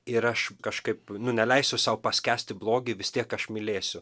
ir aš kažkaip nu neleisiu sau paskęsti blogy vis tiek aš mylėsiu